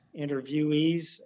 interviewees